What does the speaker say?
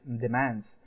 demands